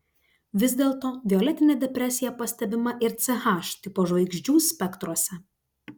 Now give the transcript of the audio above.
vis dėlto violetinė depresija pastebima ir ch tipo žvaigždžių spektruose